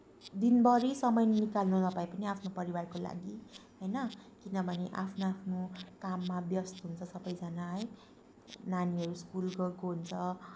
दिनभरि समय निकाल्नु नपाए पनि आफ्नो परिवारको लागि होइन किनभने आफ्नो आफ्नो काममा व्यस्त हुन्छ सबैजना है नानीहरू स्कुल गएको हुन्छ